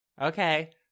Okay